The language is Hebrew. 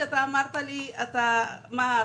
אתה אמרת לי: "מה,